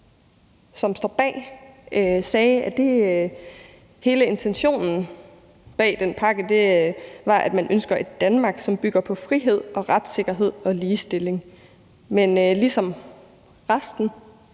som står bag, sagde, at hele intentionen bag den pakke var, at man ønsker et Danmark, som bygger på frihed og retssikkerhed og ligestilling. Men ligesom resten